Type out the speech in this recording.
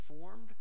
formed